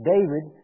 David